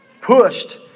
Pushed